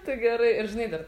tai gerai ir žinai dar